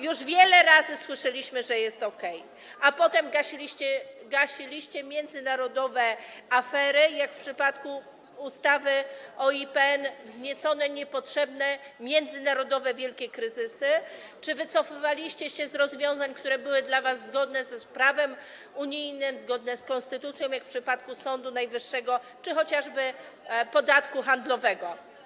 Już wiele razy słyszeliśmy, że jest okej, a potem gasiliście międzynarodowe afery, jak miało to miejsce w przypadku ustawy o IPN, wzniecone niepotrzebnie międzynarodowe wielkie kryzysy, wycofywaliście się z rozwiązań, które były dla was zgodne z prawem unijnym, zgodne z konstytucją, tak jak w przypadku Sądu Najwyższego czy chociażby podatku handlowego.